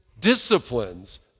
disciplines